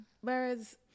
Whereas